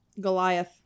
Goliath